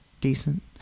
decent